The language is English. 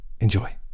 enjoy